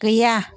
गैया